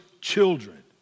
children